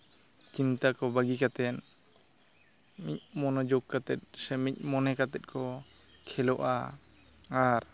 ᱪᱤᱱᱛᱟᱹ ᱠᱚ ᱵᱟᱹᱜᱤ ᱠᱟᱛᱮᱫ ᱢᱤᱫ ᱢᱚᱱᱳᱡᱳᱜᱽ ᱠᱟᱛᱮᱫ ᱥᱮ ᱢᱤᱫ ᱢᱚᱱᱮ ᱠᱟᱛᱮᱫ ᱠᱚ ᱠᱷᱮᱞᱳᱜᱼᱟ ᱟᱨ